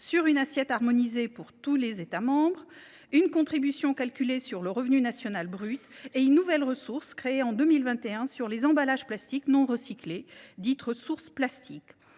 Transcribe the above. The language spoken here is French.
sur une assiette harmonisée pour tous les États membres ; une contribution calculée sur le revenu national brut ; et une nouvelle ressource créée en 2021 sur les emballages plastiques non recyclés, dite ressource plastique.